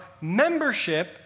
membership